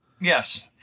Yes